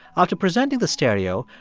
after presenting the stereo,